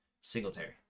Singletary